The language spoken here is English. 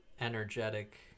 energetic